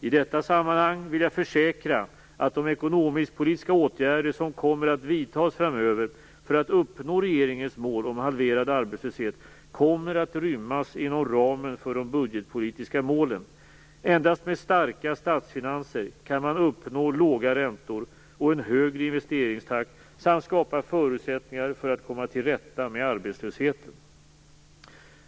I detta sammanhang vill jag försäkra att de ekonomiskpolitiska åtgärder som kommer att vidtas framöver för att uppnå regeringens mål om halverad arbetslöshet kommer att rymmas inom ramen för de budgetpolitiska målen. Endast med starka statsfinanser kan man uppnå låga räntor och en högre investeringstakt samt skapa förutsättningar för att komma till rätta med arbetslösheten.